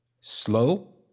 Slow